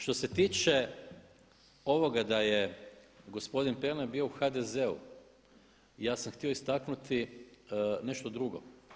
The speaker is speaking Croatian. Što se tiče ovoga da je gospodin Pernar bio u HDZ-u ja sam htio istaknuti nešto drugo.